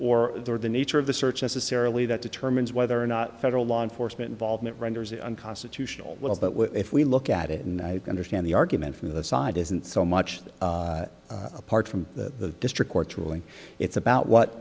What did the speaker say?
is or the nature of the search as a sara lee that determines whether or not federal law enforcement involvement renders it unconstitutional but what if we look at it and i understand the argument from the side isn't so much that apart from the district court ruling it's about what